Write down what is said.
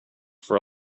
for